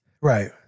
Right